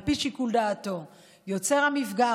על פי שיקול דעתו: יוצר המפגע,